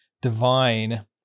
divine